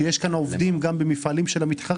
שיש כאן עובדים גם במפעלים של המתחרים,